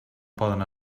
poden